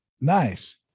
Nice